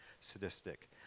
sadistic